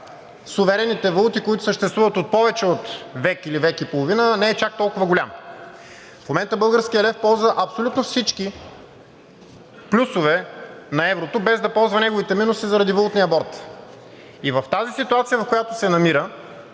суверенните валути, които съществуват от повече от век или век и половина, не е чак толкова голям. В момента българският лев ползва абсолютно всички плюсове на еврото, без да ползва неговите минуси заради Валутния борд. И в тази ситуация, в която се намира,